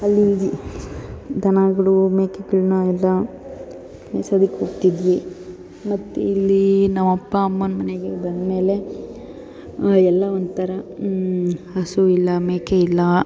ಅಲ್ಲಿ ದನಗಳು ಮೇಕೆಗಳನ್ನ ಎಲ್ಲ ಮೇಯ್ಸೋದಕ್ಕೆ ಹೋಗ್ತಿದ್ವಿ ಮತ್ತು ಇಲ್ಲಿ ನಮ್ಮ ಅಪ್ಪ ಅಮ್ಮನ ಮನೆಗೆ ಬಂದ ಮೇಲೆ ಎಲ್ಲ ಒಂಥರ ಹಸು ಇಲ್ಲ ಮೇಕೆ ಇಲ್ಲ